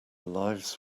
lives